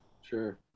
Sure